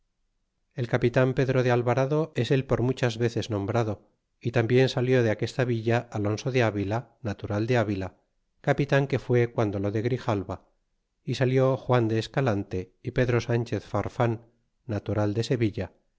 el capitan pedro de alvarado es el por muy muchas veces nombrado y tambien salió de aquesta villa alonso de avila natural de avila capitan que fué guando lo de grijalva y salió juan de escalante y pedro sanchez farfan natural de sevilla